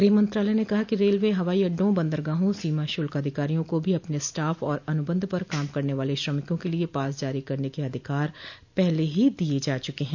ग्रह मंत्रालय ने कहा कि रेलवे हवाई अड्डों बंदरगाहों सीमाशुल्क अधिकारियों को भी अपने स्टॉफ और अनुबंध पर काम करने वाले श्रमिकों के लिए पास जारी करने के अधिकार पहले ही दिए जा चुके हैं